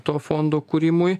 to fondo kūrimui